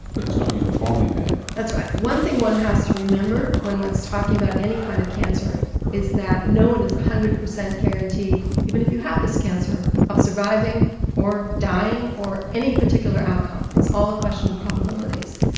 but it's not uniformly bad. that's right. one thing one has to remember when one's talking about any kind of cancer is that no one is one hundred percent guaranteed, even if you have this cancer, of surviving or dying or any particular outcome, it's all a question of probabilities.